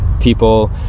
people